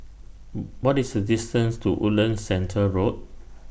What IS The distance to Woodlands Centre Road